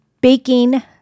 baking